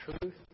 truth